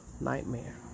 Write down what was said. nightmare